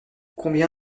combien